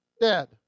dead